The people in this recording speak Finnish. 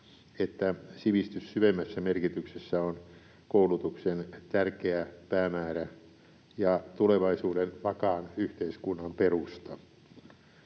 että sivistys syvemmässä merkityksessä on koulutuksen tärkeä päämäärä ja tulevaisuuden vakaan yhteiskunnan perusta.